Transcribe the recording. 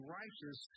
righteous